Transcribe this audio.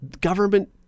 government